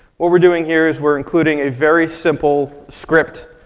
what we're doing here is we're including a very simple script.